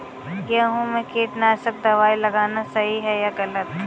गेहूँ में कीटनाशक दबाई लगाना सही है या गलत?